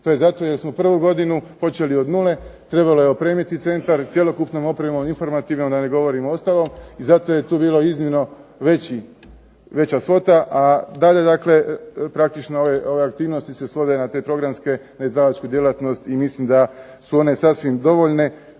to je zato jer smo prvu godinu počeli od nule. Trebalo je opremiti centar cjelokupnom opremom, informativnom da ne govorim ostalo. I zato je tu bilo iznimno veća svota, a dalje dakle praktično ove aktivnosti se svode na te programske, na izdavačku djelatnost i mislim da su one sasvim dovoljne.